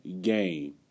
game